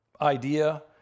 idea